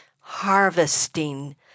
harvesting